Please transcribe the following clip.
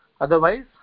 Otherwise